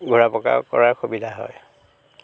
ঘূৰা পকা কৰাৰ সুবিধা হয়